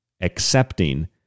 accepting